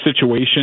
situation